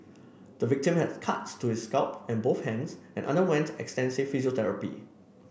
the victim has cuts to his scalp and both hands and underwent extensive physiotherapy